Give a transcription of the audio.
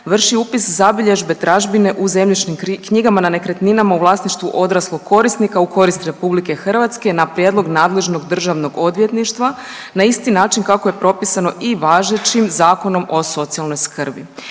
vrši upis zabilježbe tražbine u zemljišnim knjigama na nekretninama u vlasništvu odraslog korisnika u korist RH na prijedlog nadležnog državnog odvjetništva na isti način kako je propisano i važećim Zakonom o socijalnoj skrbi.